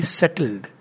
settled